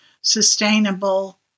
sustainable